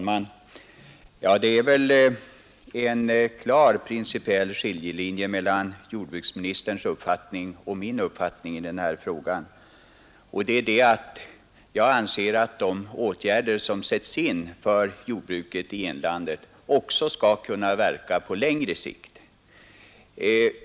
Herr talman! Det går en klar principiell skiljelinje mellan jordbruksministerns uppfattning och min uppfattning i denna fråga. Jag anser att de åtgärder som sätts in för jordbruket i inlandet också skall kunna verka på längre sikt.